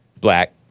Black